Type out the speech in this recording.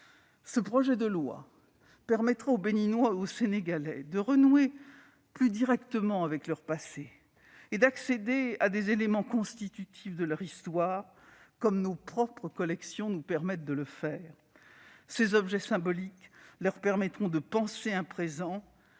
Ce projet de loi permettra aux Béninois et aux Sénégalais de renouer plus directement avec leur passé et d'accéder à des éléments constitutifs de leur histoire, comme nos propres collections nous permettent de le faire. Ces objets symboliques leur permettront de penser un présent